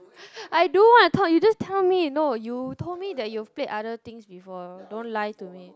I do want to talk no you tell me no you told me that you've played other things before don't lie to me